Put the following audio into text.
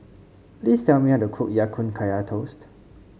please tell me how to cook Ya Kun Kaya Toast